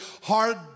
hard